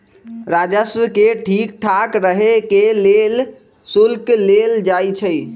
राजस्व के ठीक ठाक रहे के लेल शुल्क लेल जाई छई